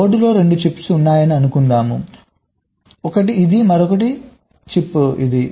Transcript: బోర్డులో 2 చిప్స్ ఉన్నాయని అనుకుందాం ఒకటి ఇది మరియు మరొక చిప్ ఇది